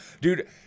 dude